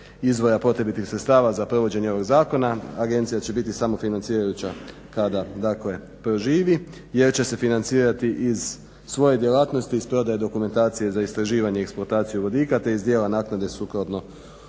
izvora potrebitih sredstava za provođenje ovog zakona. Agencija će biti samofinancirajuća kada dakle proživi jer će se financirati iz svoje djelatnosti i iz prodaje dokumentacije za istraživanje i eksploataciju vodika te iz dijela naknade sukladno